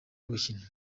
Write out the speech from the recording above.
ugukina